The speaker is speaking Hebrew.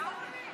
אדוני היושב-ראש,